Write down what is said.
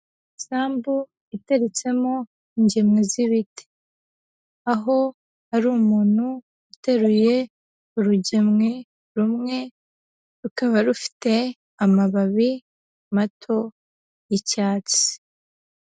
Isambu iteretsemo ingemwe z'ibiti. Aho hari umuntu uteruye urugemwe rumwe, rukaba rufite amababi mato y'icyatsi.